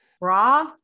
raw